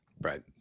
Right